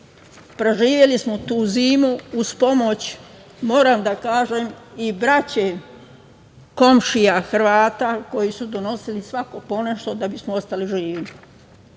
preživeli smo tu zimu uz pomoć, moram da kažem i braće, komšija Hrvata, koji su donosili svako ponešto da bismo ostali živi.Međutim,